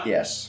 Yes